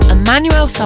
Emmanuel